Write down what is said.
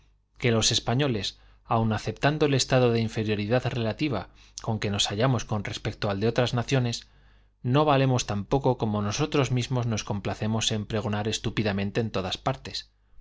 que los españoles aun aceptando el estado de inferioridad relativa en que nos hallamos con respecto al de otras naciones no va lemos t au poco como nosotros mismos nos complacemos en pregonar estúpidamente en todas partes